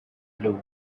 blue